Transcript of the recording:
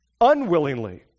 unwillingly